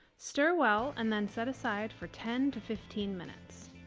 stir well and then set aside for ten to fifteen minutes.